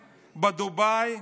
בדובאי.